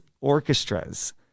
orchestras